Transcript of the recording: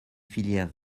filière